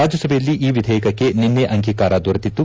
ರಾಜ್ಲಸಭೆಯಲ್ಲಿ ಈ ವಿಧೇಯಕಕ್ಕೆ ನಿನ್ನೆ ಅಂಗೀಕಾರ ದೊರೆತಿತ್ತು